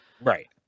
Right